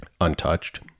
untouched